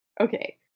Okay